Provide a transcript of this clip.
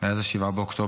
מאז 7 באוקטובר,